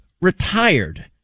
retired